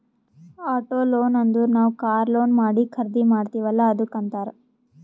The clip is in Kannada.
ಆಟೋ ಲೋನ್ ಅಂದುರ್ ನಾವ್ ಕಾರ್ ಲೋನ್ ಮಾಡಿ ಖರ್ದಿ ಮಾಡ್ತಿವಿ ಅಲ್ಲಾ ಅದ್ದುಕ್ ಅಂತ್ತಾರ್